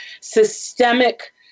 systemic